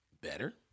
better